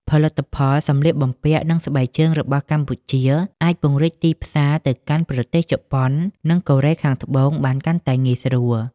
ផលិតផលសម្លៀកបំពាក់ និងស្បែកជើងរបស់កម្ពុជា អាចពង្រីកទីផ្សារទៅកាន់ប្រទេសជប៉ុន និងកូរ៉េខាងត្បូងបានកាន់តែងាយស្រួល។